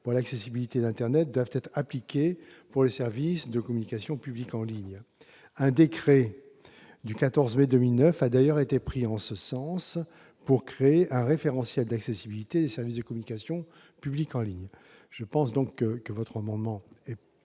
pour l'accessibilité d'internet doivent être appliquées pour les services de communication publique en ligne. Un décret du 14 mai 2009 a d'ailleurs été pris en ce sens pour créer un référentiel d'accessibilité des services de communication publique en ligne. Ma chère collègue, votre amendement est